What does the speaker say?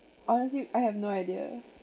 honestly I have no idea